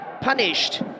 punished